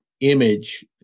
image